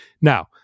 Now